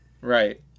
Right